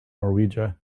norwegia